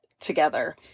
together